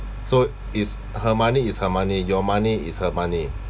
so is her money is her money your money is her money